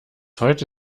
heute